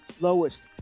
Lowest